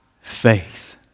faith